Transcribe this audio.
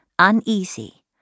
Uneasy